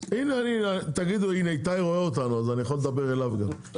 הנה איתי רואה אותנו, אני יכול לדבר אליו גם.